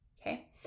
Okay